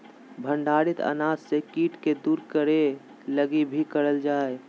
भंडारित अनाज से कीट के दूर करे लगी भी करल जा हइ